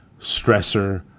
stressor